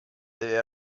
deve